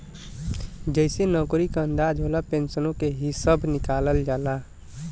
जइसे नउकरी क अंदाज होला, पेन्सनो के हिसब निकालल जाला